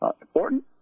important